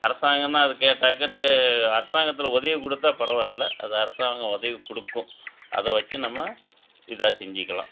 அரசாங்கன்னு அது கேட்டாக்க எனக்கு அரசாங்கத்தில் உதவி கொடுத்தா பரவாயில்லை அது அரசாங்கம் உதவி கொடுக்கும் அதை வச்சு நம்ம இதாக செஞ்சுக்கலாம்